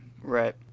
Right